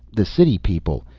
the city people.